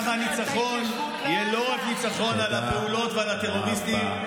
כך הניצחון יהיה לא רק ניצחון על הפעולות ועל הטרוריסטים,